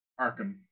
Arkham